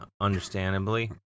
understandably